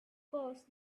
course